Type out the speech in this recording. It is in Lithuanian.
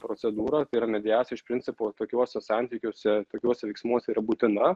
procedūrą tai yra mediacija iš principo tokiuose santykiuose tokiuose veiksmuose yra būtina